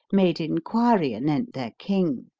made inquiry anent their king,